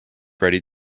ready